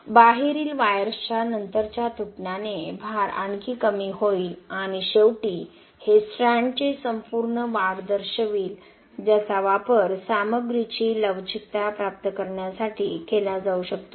आणि बाहेरील वायर्सच्या नंतरच्या तुटण्याने भार आणखी कमी होईल आणि शेवटी हे स्ट्रँडचे संपूर्ण वाढ दर्शवेल ज्याचा वापर सामग्रीची लवचिकता प्राप्त करण्यासाठी केला जाऊ शकतो